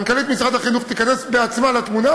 מנכ"לית משרד החינוך תיכנס בעצמה לתמונה,